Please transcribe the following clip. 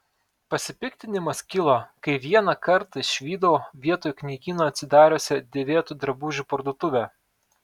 pasipiktinimas kilo kai vieną kartą išvydau vietoj knygyno atsidariusią dėvėtų drabužių parduotuvę